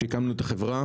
כשהקמנו את החברה,